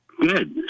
Good